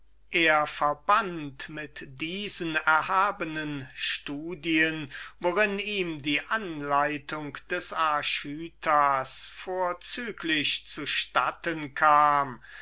er verband mit diesen erhabenen studien worin ihm die anleitung des archytas vorzüglich zu statten kam